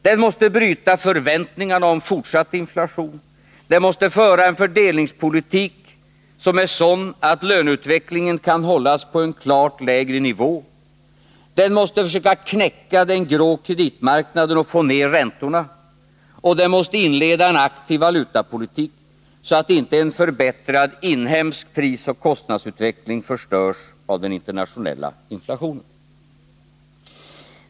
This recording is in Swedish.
Den måste bryta förväntningarna om fortsatt inflation, den måste innebära en sådan fördelningspolitik att löneutvecklingen kan hållas på en klart lägre nivå, den måste försöka knäcka den grå kreditmarknaden och få ned räntorna och den måste vara inledningen till en aktiv valutapolitik, så att inte en förbättrad inhemsk prisoch kostnadsutveckling förstörs av den internationella inflationen.